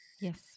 Yes